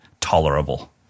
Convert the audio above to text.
tolerable